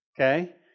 okay